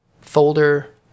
folder